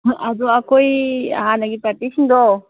ꯑꯗꯣ ꯑꯩꯈꯣꯏ ꯍꯥꯟꯅꯒꯤ ꯄꯥꯔꯇꯤꯁꯤꯡꯗꯣ